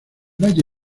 valle